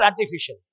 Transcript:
artificial